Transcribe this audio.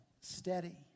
Steady